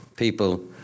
people